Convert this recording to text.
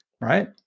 right